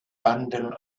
bundle